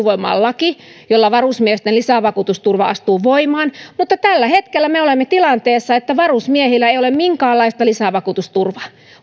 voimaan laki jolla varusmiesten lisävakuutusturva astuu voimaan mutta tällä hetkellä me olemme tilanteessa että varusmiehillä ei ole minkäänlaista lisävakuutusturvaa